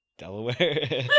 delaware